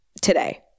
today